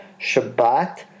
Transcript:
Shabbat